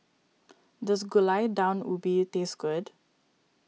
does Gulai Daun Ubi taste good